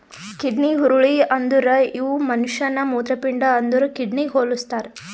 kidney ಹುರುಳಿ ಅಂದುರ್ ಇವು ಮನುಷ್ಯನ ಮೂತ್ರಪಿಂಡ ಅಂದುರ್ ಕಿಡ್ನಿಗ್ ಹೊಲುಸ್ತಾರ್